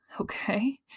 okay